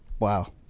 wow